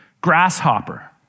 grasshopper